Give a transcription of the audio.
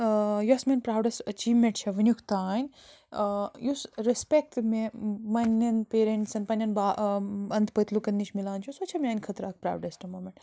یۄس میٛٲنۍ proudest achievement چھےٚ وٕنیُک تام یُس رٮ۪سپٮ۪کٹ مےٚ پنٛنٮ۪ن پیرٮ۪نٛٹسَن پنٛنٮ۪ن أنٛدۍ پٔتۍ لُکَن نِش مِلان چھُ سۄ چھےٚ میٛانہِ خٲطرٕ اَکھ پرٛاوڈٮ۪سٹ موٗمٮ۪نٛٹ